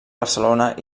barcelona